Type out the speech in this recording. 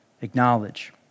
acknowledge